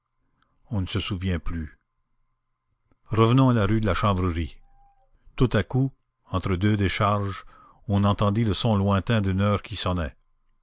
on ne se souvient plus revenons à la rue de la chanvrerie tout à coup entre deux décharges on entendit le son lointain d'une heure qui